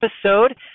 episode